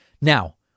Now